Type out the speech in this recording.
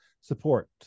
support